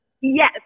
Yes